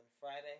Friday